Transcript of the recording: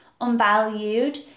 unvalued